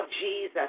Jesus